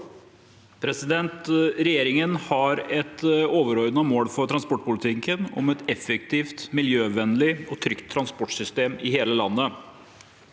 Regjeringen har et overordnet mål for transportpolitikken om «et effektivt, miljøvennlig og trygt transportsystem i hele landet».